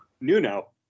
Nuno